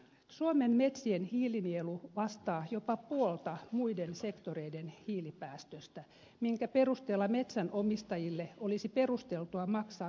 suomen metsien hiilinielu vastaa jopa puolta muiden sektoreiden hiilipäästöstä minkä perusteella metsänomistajille olisi perusteltua maksaa korvausta ilmastopalveluista